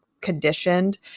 conditioned